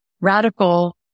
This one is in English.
radical